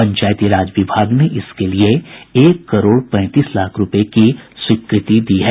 पंचायती राज विभाग ने इसके लिए एक करोड पैंतीस लाख़ रूपये की स्वीकृति दी है